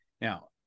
Now